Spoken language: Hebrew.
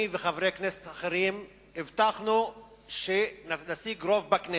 אני וחברי כנסת אחרים הבטחנו שנשיג רוב בכנסת,